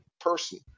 person